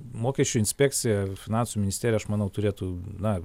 mokesčių inspekcija finansų ministerija aš manau turėtų na